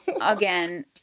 Again